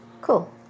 Cool